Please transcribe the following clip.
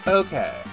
okay